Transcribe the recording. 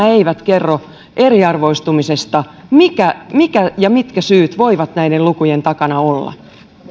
eivät kerro eriarvoistumisesta mikä mikä ja mitkä syyt voivat näiden lukujen takana olla